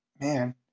Man